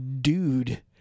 dude